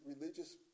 religious